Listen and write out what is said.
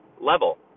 level